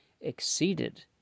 exceeded